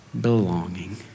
belonging